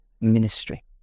ministry